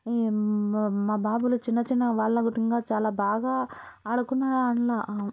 మా బాబులు చిన్న చిన్న వాళ్ళు ఒకటున్నారు చాల బాగా ఆడుకున్న